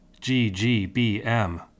G-G-B-M